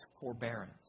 forbearance